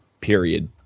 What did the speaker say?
period